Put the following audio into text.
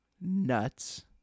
nuts